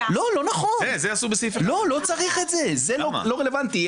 לא, לא נכון, לא צריך את זה, זה לא רלוונטי.